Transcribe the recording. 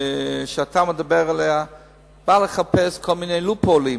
שאתה מדבר עליה באה לחפש כל מיני "לופולים",